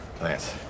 Lance